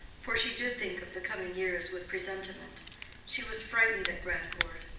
for she did think of the coming years with presentiment she was frightened at grandcourt.